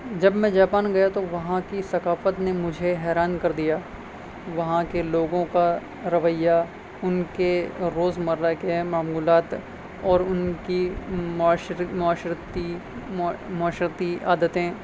جب میں جاپان گیا تو وہاں کی ثقافت نے مجھے حیران کر دیا وہاں کے لوگوں کا رویہ ان کے روزمرہ کے معمولات اور ان کی معاشرتی عادتیں